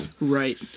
Right